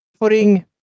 putting